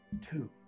two